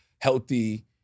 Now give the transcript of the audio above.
healthy